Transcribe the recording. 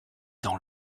dans